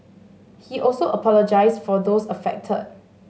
he also apologised for those affected